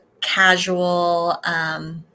casual